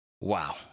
Wow